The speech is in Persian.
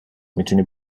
میتونی